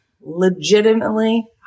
Legitimately